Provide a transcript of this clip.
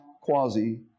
quasi